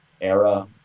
era